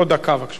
בבקשה, אדוני.